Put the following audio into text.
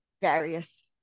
various